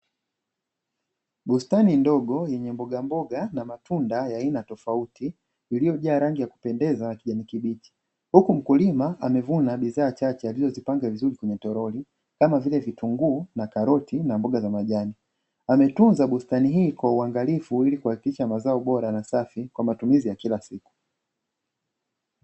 Bustani ndogo ya mboga mboga na matunda ya aina tofauti iliyojaa rangi ya kupendeza ya rangi, huku mkulima amevuna bidhaa chache vilivyo panga vizuri kwenye torori kamavile vitunguu na karoti na mboga za majani, ametunza bustani hii kwa uangalifu ili kuhakikisha mazao bora na safi kwa matumizi ya kila siku.